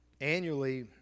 Annually